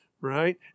Right